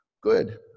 Good